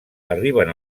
arriben